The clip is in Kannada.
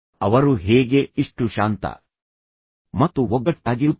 ಅವರು ಹೇಗೆ ಇಷ್ಟು ಶಾಂತ ಮತ್ತು ಒಗ್ಗಟ್ಟಾಗಿರುತ್ತಾರೆ